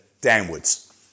downwards